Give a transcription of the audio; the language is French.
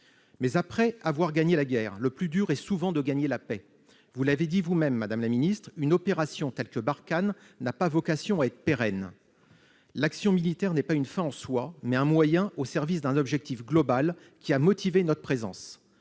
Mais, après avoir gagné la guerre, le plus dur est souvent de gagner la paix. Vous l'avez dit vous-même, une opération telle que Barkhane n'a pas vocation à être pérenne. L'action militaire est, non pas une fin en soi, mais un moyen au service d'un objectif global, qui a motivé notre présence